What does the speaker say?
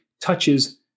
touches